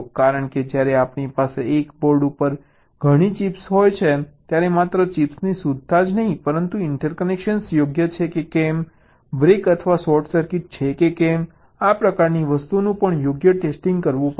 કારણ કે જ્યારે આપણી પાસે એક બોર્ડ ઉપર ઘણી ચિપ્સ હોય છે ત્યારે માત્ર ચિપ્સની શુદ્ધતા જ નહીં પરંતુ ઇન્ટરકનેક્શન્સ યોગ્ય છે કે કેમ બ્રેક અથવા શોર્ટ સર્કિટ છે કે કેમ આ પ્રકારની વસ્તુઓનું પણ યોગ્ય ટેસ્ટિંગ કરવું પડશે